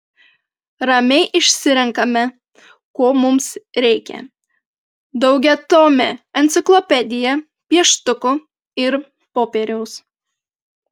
ramiai išsirenkame ko mums reikia daugiatomę enciklopediją pieštukų ir popieriaus